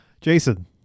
Jason